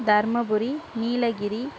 Dharmapuri Nilgiri